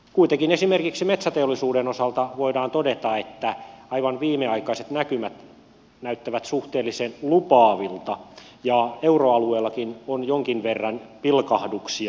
kuitenkin esimerkiksi metsäteollisuuden osalta voidaan todeta että aivan viimeaikaiset näkymät näyttävät suhteellisen lupaavilta ja euroalueellakin on jonkin verran pilkahduksia